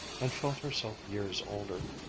and felt herself years older.